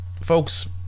folks